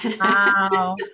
Wow